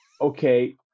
Okay